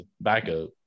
backup